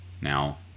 now